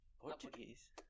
Portuguese